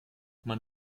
man